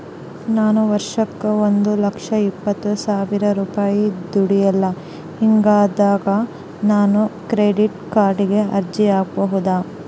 ನಾನು ವರ್ಷಕ್ಕ ಒಂದು ಲಕ್ಷ ಇಪ್ಪತ್ತು ಸಾವಿರ ರೂಪಾಯಿ ದುಡಿಯಲ್ಲ ಹಿಂಗಿದ್ದಾಗ ನಾನು ಕ್ರೆಡಿಟ್ ಕಾರ್ಡಿಗೆ ಅರ್ಜಿ ಹಾಕಬಹುದಾ?